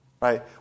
right